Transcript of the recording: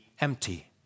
empty